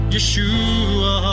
Yeshua